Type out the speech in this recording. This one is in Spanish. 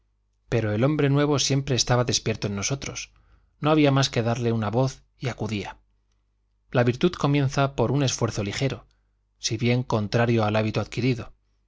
pero el hombre nuevo siempre estaba despierto en nosotros no había más que darle una voz y acudía la virtud comienza por un esfuerzo ligero si bien contrario al hábito adquirido